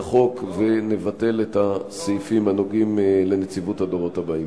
החוק ונבטל את הסעיפים הנוגעים לנציבות הדורות הבאים.